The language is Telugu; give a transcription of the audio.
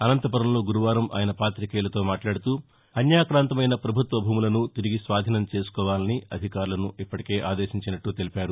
అనంతపురంలో గురువారం ఆయన పాతికేయులతో మాట్లాడుతూ అన్వాకాంతమైన ప్రభుత్వ భూములను తిరిగి స్వాధీనం చేసుకోవాలని అధికారులను ఇప్పటికే ఆదేశించినట్ల తెలిపారు